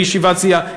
בישיבה סיעה.